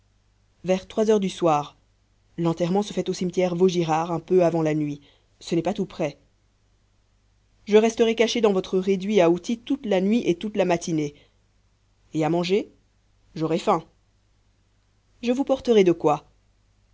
vers trois heures du soir l'enterrement se fait au cimetière vaugirard un peu avant la nuit ce n'est pas tout près je resterai caché dans votre réduit à outils toute la nuit et toute la matinée et à manger j'aurai faim je vous porterai de quoi